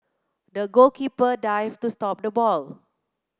the goalkeeper dive to stop the ball